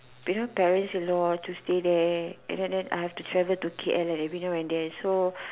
you know parents in law have to stay there and then I have to travel to K_L every now and then so